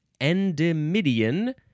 endemidian